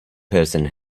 person